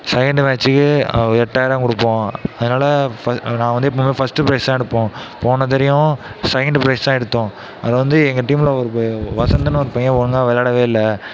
second மேட்சிக்கு எட்டாயிரம் கொடுப்போம் அதனால் நாங்கள் வந்து எப்போவுமே ஃபர்ஸ்ட் ப்ரைஸ் தான் எடுப்போம் போனதடயும் செகண்டு ப்ரைஸ் தான் எடுத்தோம் அதை வந்து எங்கள் டீம்மில் ஒரு வசந்தன்னு ஒரு பையன் ஒழுங்காக விளையாடவே இல்லை